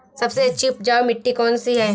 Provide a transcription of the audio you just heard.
सबसे अच्छी उपजाऊ मिट्टी कौन सी है?